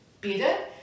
better